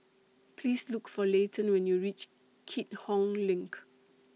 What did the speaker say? Please Look For Layton when YOU REACH Keat Hong LINK